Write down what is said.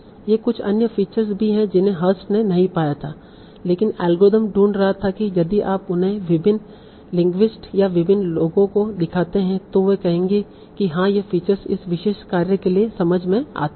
ये कुछ अन्य फीचर भी थे जिन्हें हर्स्ट ने नहीं पाया था लेकिन एल्गोरिथ्म ढूंढ रहा था और यदि आप उन्हें विभिन्न लिंग्विस्ट या विभिन्न लोगों को दिखाते हैं तो वे कहेंगे कि हाँ ये फीचर इस विशेष कार्य के लिए समझ में आती हैं